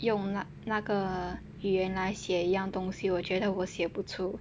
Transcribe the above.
用那个语言来写一样东西我觉得我写不出